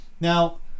Now